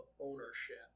ownership